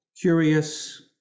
curious